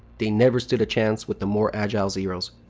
they never stood a chance with the more agile zeros.